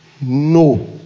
No